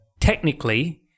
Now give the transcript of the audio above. technically